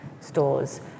stores